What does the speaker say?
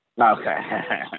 Okay